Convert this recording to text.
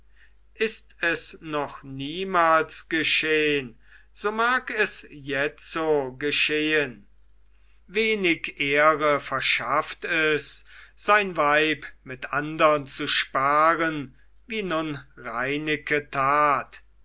ist es noch niemals geschehn so mag es jetzo geschehen wenig ehre verschafft es sein weib mit andern zu sparen wie nun reineke tat